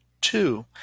Two